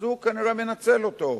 הוא כנראה מנצל אותו.